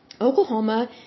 Oklahoma